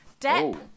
Depp